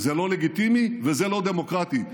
זה לא לגיטימי וזה לא דמוקרטי,